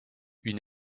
une